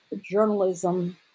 journalism